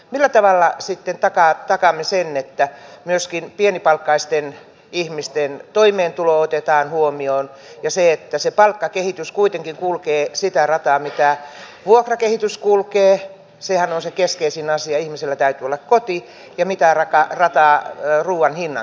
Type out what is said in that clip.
millä tavalla sitten takaamme sen että myöskin pienipalkkaisten ihmisten toimeentulo otetaan huomioon ja se että palkkakehitys kuitenkin kulkisi sitä rataa mitä vuokrakehitys kulkee sehän on se keskeisin asia ihmisellä täytyy olla koti ja sitä rataa mitä ruuan hinnan kehitys kulkee